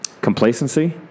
Complacency